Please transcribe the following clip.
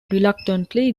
reluctantly